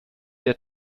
der